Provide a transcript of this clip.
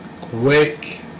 Quick